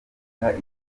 itanu